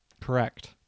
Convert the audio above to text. correct